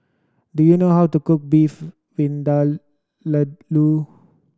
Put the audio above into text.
do you know how to cook Beef Vindaloo